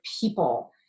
people